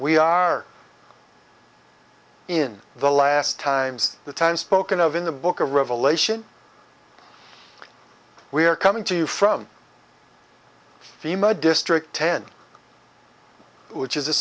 we are in the last times the time spoken of in the book of revelation we are coming to you from the mud district ten which is a